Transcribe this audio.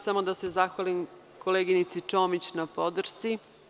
Samo bih želela da se zahvalim koleginici Čomić na podršci.